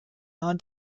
non